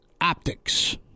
Optics